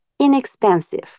inexpensive